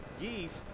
Yeast